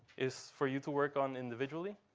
is for you to work on individually.